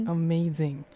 amazing